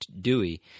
Dewey